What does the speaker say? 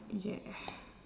yeah